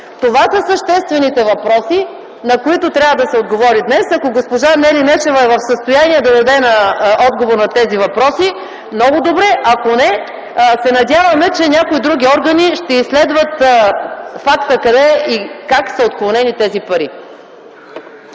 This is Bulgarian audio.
Това са съществените въпроси, на които трябва да се отговори днес. Ако госпожа Нели Нешева е в състояние да даде отговор на тези въпроси – много добре. Ако не, надяваме се, че някои други органи ще изследват факта къде и как са отклонени тези пари.